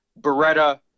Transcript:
Beretta